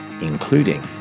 including